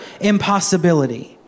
impossibility